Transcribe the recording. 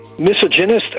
Misogynist